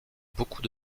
beaucoup